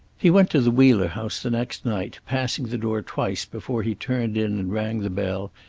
he went to the wheeler house the next night, passing the door twice before he turned in and rang the bell,